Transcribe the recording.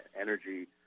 energy